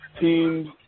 Teams